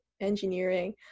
engineering